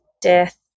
death